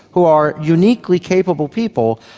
who are uniquely capable people,